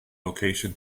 location